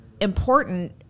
important